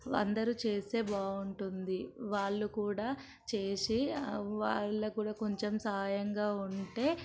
అందరూ చేస్తే బాగుంటుంది వాళ్లు కూడా చేసి వాళ్ళుకు కూడా కొంచెం సహాయంగా ఉంటే